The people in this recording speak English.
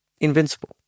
invincible